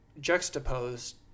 juxtaposed